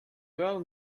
well